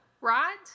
right